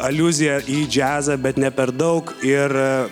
aliuzija į džiazą bet ne per daug ir